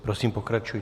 Prosím, pokračujte.